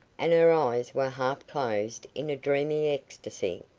and her eyes were half closed in a dreamy ecstasy,